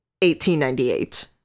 1898